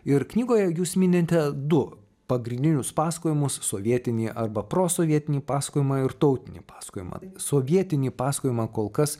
ir knygoje jūs minite du pagrindinius pasakojimus sovietinį arba prosovietinį pasakojimą ir tautinį pasakojimą na sovietinį pasakojimą kol kas